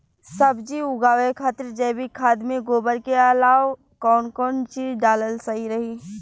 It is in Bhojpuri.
सब्जी उगावे खातिर जैविक खाद मे गोबर के अलाव कौन कौन चीज़ डालल सही रही?